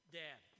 dad